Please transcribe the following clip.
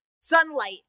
sunlight